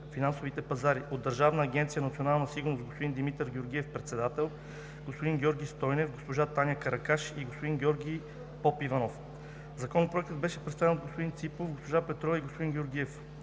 финансовите пазари“; от Държавна агенция „Национална сигурност“: господин Димитър Георгиев – председател, господин Георги Стойнев, госпожа Таня Каракаш и господин Георги Попиванов. Законопроектът беше представен от господин Ципов, госпожа Петрова и господин Георгиев,